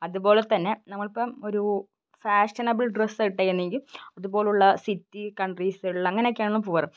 അതുപോലെ തന്നെ നമ്മൾ ഇപ്പം ഒരൂ ഫാഷനബിൾ ഡ്രസ്സാണ് ഇട്ടേക്കുന്നതെങ്കിൽ അതുപോലുള്ള സിറ്റി കൺട്രീസുകൾ അങ്ങനൊക്കെയാണ് പോകാറുള്ളത്